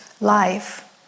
life